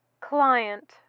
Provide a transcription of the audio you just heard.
Client